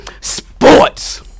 Sports